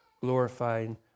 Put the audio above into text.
glorifying